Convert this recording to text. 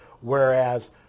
whereas